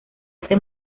este